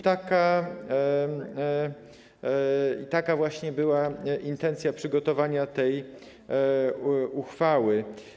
Taka właśnie była intencja przygotowania tej uchwały.